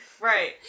Right